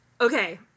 Okay